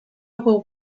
will